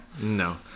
No